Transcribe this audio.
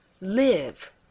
live